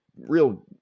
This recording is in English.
real